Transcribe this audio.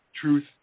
Truth